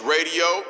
Radio